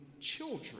children